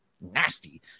nasty